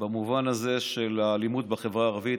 במובן הזה של האלימות בחברה הערבית.